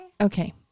okay